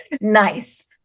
nice